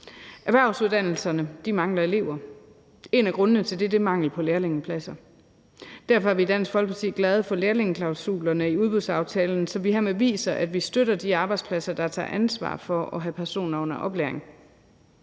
Erhvervsuddannelserne mangler elever. En af grundene til det er mangel på lærlingepladser. Derfor er vi i Dansk Folkeparti glade for lærlingeklausulerne i udbudsaftalen, så vi hermed viser, at vi støtter de arbejdspladser, der tager ansvar for at have personer under oplæring.